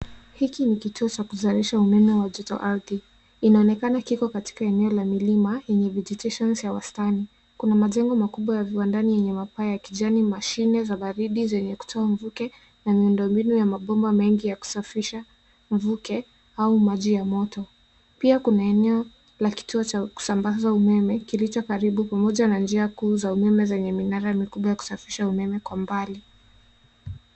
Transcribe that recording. Hiki ni kituo cha kuzalisha umeme joto ardhi. Inaonekana kiko katika eneo la milima yenye vegetations ya wastani. Kuna majengo kadhaa ya viwandani yenye mapaa ya kijani, mashine za baridi zenye kutoa mvuke na miundo mbinu ya mabomba mengi ya kusafisha mvuke au maji ya moto. Pia kuna eneo la kituo cha kusambaza umeme, kilicho karibu pamoja na njia kuu za umeme zenye minara mikubwa ya kusafirisha umeme kwa umbali.